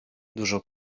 dużo